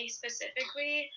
specifically